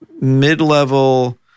mid-level